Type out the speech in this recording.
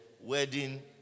wedding